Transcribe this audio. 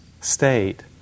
state